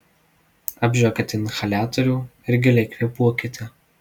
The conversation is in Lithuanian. apžiokite inhaliatorių ir giliai kvėpuokite